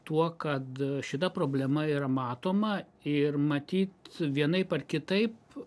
tuo kad šita problema yra matoma ir matyt vienaip ar kitaip